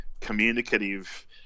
communicative